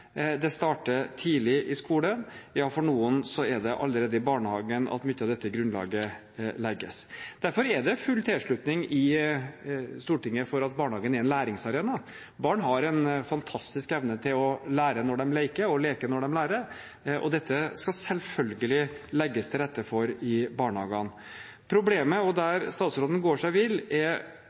Det starter tidlig i skolen, ja, for noen er det allerede i barnehagen at mye av dette grunnlaget legges. Derfor er det full tilslutning i Stortinget til at barnehagen er en læringsarena. Barn har en fantastisk evne til å lære når de leker, og leke når de lærer, og dette skal det selvfølgelig legges til rette for i barnehagene. Problemet og der statsråden går seg vill, er: